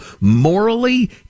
morally